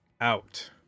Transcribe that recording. out